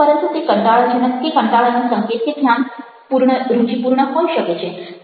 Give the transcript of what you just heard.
પરંતુ તે કંટાળાજનક કે કંટાળાનો સંકેત કે ધ્યાનપૂર્ણ રૂચિપૂર્ણ હોઈ શકે છે